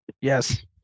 Yes